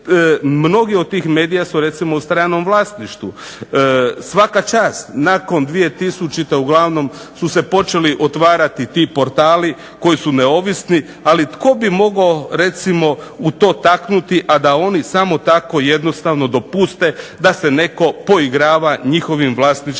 mnogi od tih medija su recimo u stranom vlasništvu. Svaka čast nakon 2000. uglavnom su se počeli otvarati ti portali koji su neovisni. Ali tko bi mogao recimo u to taknuti, a da oni samo tako jednostavno dopuste da se netko poigrava njihovim vlasničkim